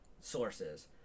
sources